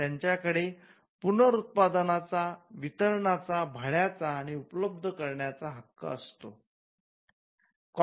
त्यांच्याकडे पुनरुत्पादनाचा वितरणाचा भाड्याचा आणि उपलब्ध करण्याचा हक्क असतो